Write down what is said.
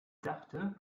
dachte